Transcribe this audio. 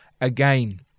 again